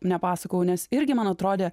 nepasakojau nes irgi man atrodė